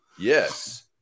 yes